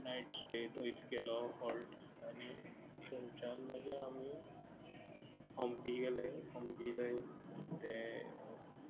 night stay थंयच केलो halt आनी थंयच्यान मागीर आमी हंपी गेले हंपी थंय तें